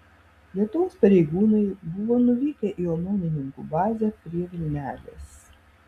lietuvos pareigūnai buvo nuvykę į omonininkų bazę prie vilnelės